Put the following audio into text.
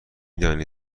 دانی